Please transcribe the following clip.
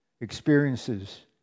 experiences